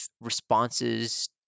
responses